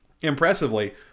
impressively